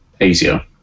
easier